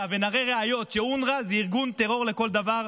ונראה ראיות שאונר"א זה ארגון טרור לכל דבר,